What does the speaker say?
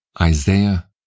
Isaiah